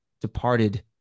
departed